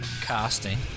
casting